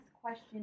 question